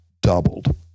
doubled